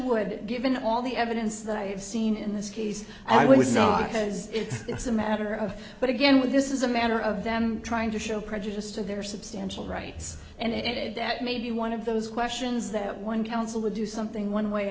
would given all the evidence that i've seen in this case i was not because it's a matter of but again with this is a matter of them trying to show prejudice to their substantial rights and it that may be one of those questions that one counsel or do something one way or